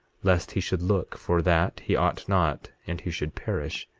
lest he should look for that he ought not and he should perish.